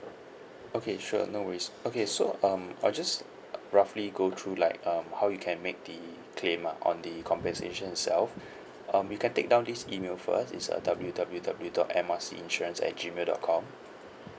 okay sure no worries okay so um I'll just roughly go through like um how you can make the claim lah on the compensation itself um you can take down this email first it's a W_W_W dot M R C insurance at gmail dot com